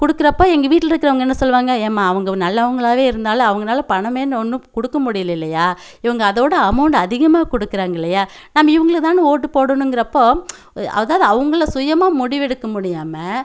கொடுக்கறப்ப எங்கள் வீட்டில இருக்கிறவங்க என்ன சொல்லுவாங்க ஏம்மா அவங்க நல்லவங்களாகவே இருந்தாலும் அவங்கனால் பணம்ன்னு ஒன்றும் கொடுக்க முடியல இல்லையா இவங்க அதோடய அமௌண்ட் அதிகமாக கொடுக்கறாங்க இல்லையா நம்ம இவங்களுக்கு தானே ஓட்டு போடணுங்கிறப்போ அதாவது அவங்களை சுயமாக முடிவு எடுக்க முடியாமல்